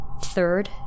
Third